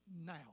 now